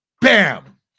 bam